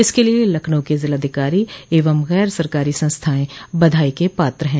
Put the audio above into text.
इसके लिये लखनऊ के जिलाधिकारी एवं गर सरकारी संस्थाएं बधाई के पात्र है